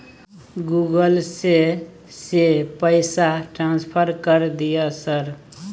Google से से पैसा ट्रांसफर कर दिय सर?